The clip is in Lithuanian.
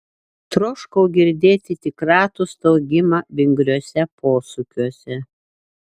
troškau girdėti tik ratų staugimą vingriuose posūkiuose